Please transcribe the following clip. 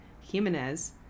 Jimenez